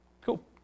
Cool